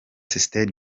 stade